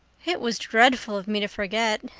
it was dreadful of me to forget,